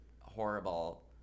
horrible